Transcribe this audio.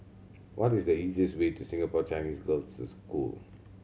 what is the easiest way to Singapore Chinese Girls' School